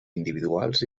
individuals